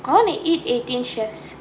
I wanna eat Eighteen Chefs